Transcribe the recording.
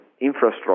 infrastructure